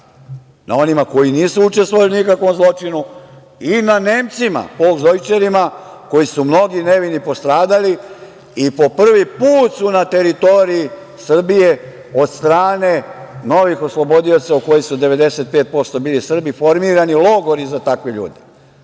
na onima koji nisu učestvovali ni u kakvom zločinu i na Nemcima Folksdojčerima koji su mnogi nevini postradali i po prvi put su na teritoriji Srbije od strane novih oslobodioca u kojih su 95% bili Srbi formirani logori za takve ljude.